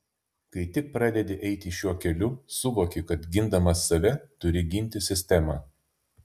kai tik pradedi eiti šiuo keliu suvoki kad gindamas save turi ginti sistemą